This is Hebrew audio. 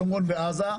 שומרון ועזה,